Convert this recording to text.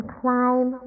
climb